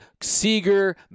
Seeger